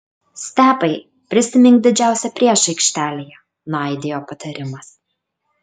stepai prisimink didžiausią priešą aikštelėje nuaidėjo patarimas